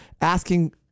asking